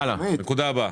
הלאה, נקודה הבאה.